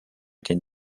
den